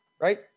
right